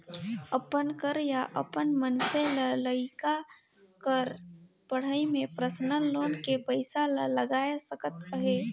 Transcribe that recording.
अपन कर या अपन मइनसे लइका कर पढ़ई में परसनल लोन के पइसा ला लगाए सकत अहे